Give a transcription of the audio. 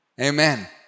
Amen